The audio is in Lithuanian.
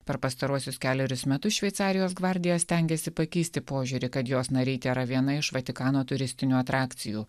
per pastaruosius kelerius metus šveicarijos gvardija stengiasi pakeisti požiūrį kad jos nariai tėra viena iš vatikano turistinių atrakcijų